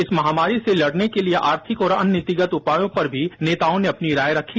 इस महामारी से लड़ने के लिए आर्थिक और अन्य नीतिगत उपायों पर भी नेताओं ने अपनी राय रखी